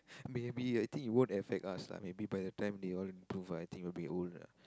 maybe I think it won't affect us lah maybe by the time they all improve I think we'll be old lah